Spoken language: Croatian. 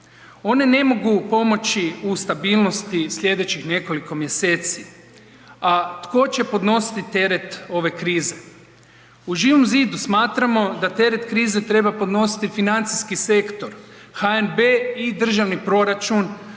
one ne mogu pomoći u stabilnosti sljedećih nekoliko mjeseci. A tko će podnositi teret ove krize? U Živom zidu smatramo da teret krize treba podnositi financijski sektor, HNB i državni proračun,